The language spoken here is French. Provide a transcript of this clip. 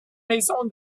maison